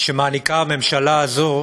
שהממשלה הזאת